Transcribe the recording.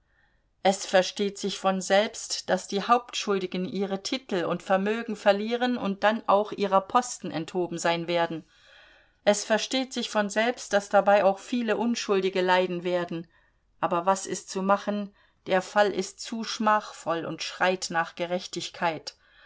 es versteht sich von selbst daß die hauptschuldigen ihre titel und vermögen verlieren und dann auch ihrer posten enthoben sein werden es versteht sich von selbst daß dabei auch viele unschuldige leiden werden aber was ist zu machen der fall ist zu schmachvoll und schreit nach gerechtigkeit